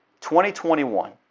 2021